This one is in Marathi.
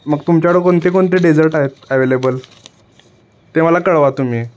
मग तुमच्याकडे कोणते कोणते डेझर्ट आहेत अव्हेलेबल ते मला कळवा तुम्ही